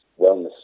wellness